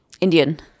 Indian